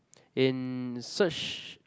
in search